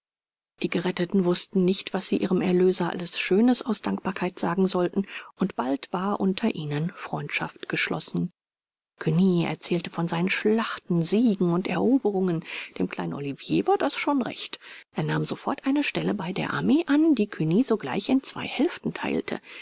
die geretteten wußten nicht was sie ihrem erlöser alles schönes aus dankbarkeit sagen sollten und bald war unter ihnen freundschaft geschlossen cugny erzählte von seinen schlachten siegen und eroberungen dem kleinen olivier war das schon recht er nahm sofort eine stelle bei der armee an die cugny sogleich in zwei hälften teilte